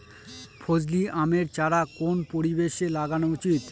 ফজলি আমের চারা কোন পরিবেশে লাগানো উচিৎ?